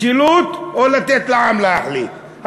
משילות או לתת לעם להחליט?